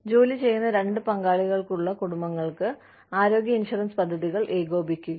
ജോലി ചെയ്യുന്ന രണ്ട് പങ്കാളികളുള്ള കുടുംബങ്ങൾക്ക് ആരോഗ്യ ഇൻഷുറൻസ് പദ്ധതികൾ ഏകോപിപ്പിക്കുക